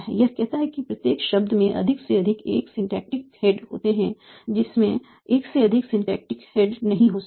यह कहता है कि प्रत्येक शब्द में अधिक से अधिक एक सिंटैक्टिक हेड होते हैं इसमें एक से अधिक सिंटैक्टिक हेड नहीं हो सकते